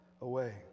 away